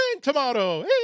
tomorrow